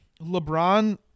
lebron